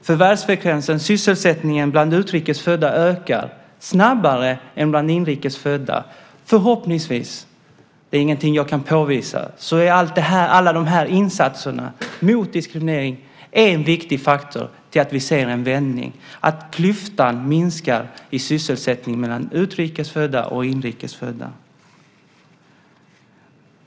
Förvärvsfrekvensen och sysselsättningen bland utrikesfödda ökar snabbare än bland inrikesfödda. Förhoppningsvis - det är ingenting jag kan påvisa - är alla de här insatserna mot diskriminering en viktig faktor bakom att vi ser en vändning, att klyftan i sysselsättning minskar mellan utrikesfödda och inrikesfödda.